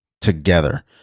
together